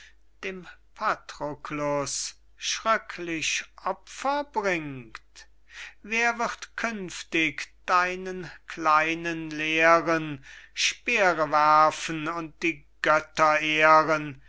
dem patroklus schrecklich opfer bringt wer wird künftig deinen kleinen lehren speere werfen und die götter ehren